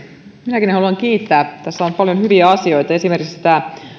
minäkin haluan kiittää tässä on paljon hyviä asioita esimerkiksi